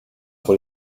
sur